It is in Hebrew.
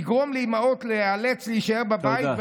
יגרום לאימהות להיאלץ להישאר בבית,